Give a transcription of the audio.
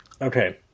Okay